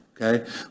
Okay